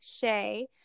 Shay